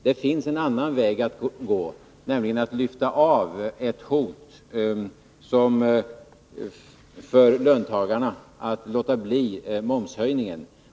Det finns en annan väg att gå, nämligen att lyfta bort ett hot från löntagarna, att låta bli momshöjningen.